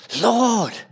Lord